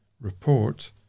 report